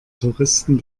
touristen